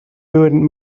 doing